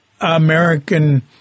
American –